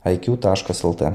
iq taškas lt